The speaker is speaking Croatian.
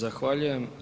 Zahvaljujem.